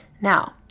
Now